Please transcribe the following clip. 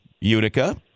Utica